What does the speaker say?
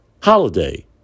holiday